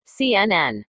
CNN